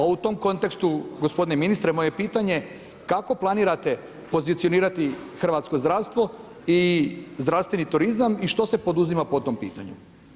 Pa u tom kontekstu gospodine ministre, moje pitanje kako planirate pozicionirate hrvatsko zdravstvo i zdravstveni turizam i što se poduzima po tome pitanju?